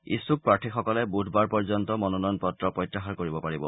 ইচ্ছুক প্ৰাৰ্থীসকলে বুধবাৰ পৰ্যন্ত মনোনয়ন পত্ৰ প্ৰত্যাহাৰ কৰিব পাৰিব